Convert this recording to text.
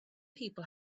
people